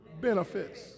benefits